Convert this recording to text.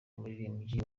umuririmbyi